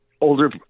Older